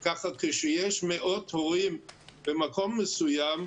ככה, כשיש מאות הורים במקום מסוים,